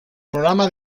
programa